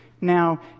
Now